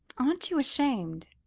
aren't you ashamed?